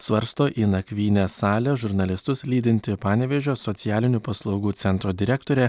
svarsto į nakvynės salę žurnalistus lydinti panevėžio socialinių paslaugų centro direktorė